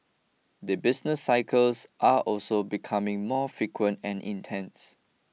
the business cycles are also becoming more frequent and intense